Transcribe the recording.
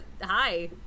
hi